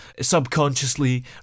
subconsciously